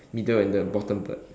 middle and the bottom bird